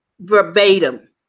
verbatim